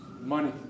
money